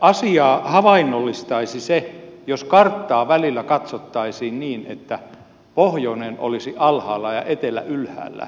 asiaa havainnollistaisi se jos karttaa välillä katsottaisiin niin että pohjoinen olisi alhaalla ja etelä ylhäällä